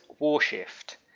Warshift